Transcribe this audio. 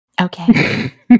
Okay